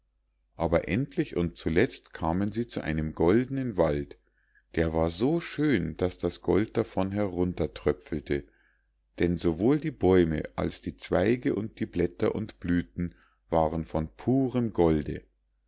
aber endlich und zuletzt kamen sie zu einem goldnen wald der war so schön daß das gold davon heruntertröpfelte denn sowohl die bäume als die zweige und die blätter und blüthen waren von purem golde